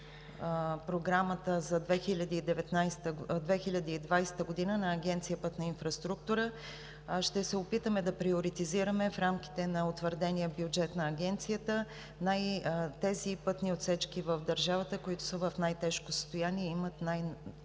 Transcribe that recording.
програмата за 2020 г. на Агенция „Пътна инфраструктура“, ще се опитаме да приоритизираме, в рамките на утвърдения бюджет на Агенцията, тези пътни отсечки в държавата, които са в най-тежко състояние и имат най-голяма